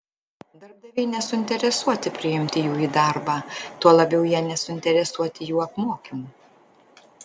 darbdaviai nesuinteresuoti priimti jų į darbą tuo labiau jie nesuinteresuoti jų apmokymu